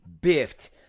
biffed